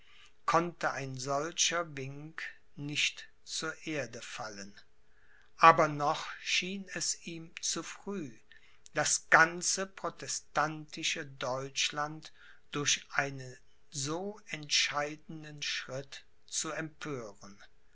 konnte ein solcher wink nicht zur erde fallen aber noch schien es ihm zu früh das ganze protestantische deutschland durch einen so entscheidenden schritt zu empören